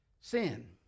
Sin